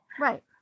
Right